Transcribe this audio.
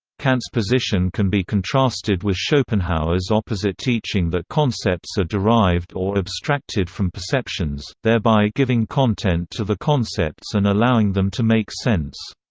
kant's position can be contrasted with schopenhauer's opposite teaching that concepts are derived or abstracted from perceptions, thereby giving content to the concepts and allowing them to make sense.